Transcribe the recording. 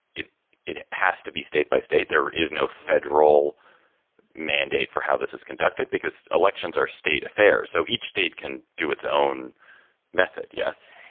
it it has to be state by state, there is no federal mandate for how this is conducted because elections are state affairs. so each state can do its own method yes,